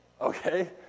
Okay